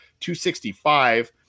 265